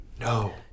No